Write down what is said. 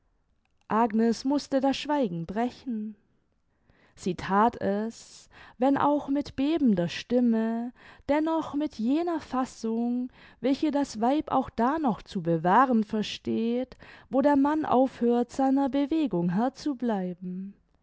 agnes mußte das schweigen brechen sie that es wenn auch mit bebender stimme dennoch mit jener fassung welche das weib auch da noch zu bewahren versteht wo der mann aufhört seiner bewegung herr zu bleiben